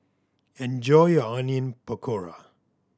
enjoy your Onion Pakora